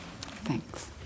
Thanks